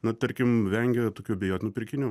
na tarkim vengia tokių abejotinų pirkinių